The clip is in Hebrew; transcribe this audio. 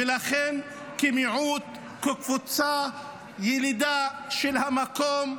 ולכן כמיעוט, כקבוצה ילידה של המקום,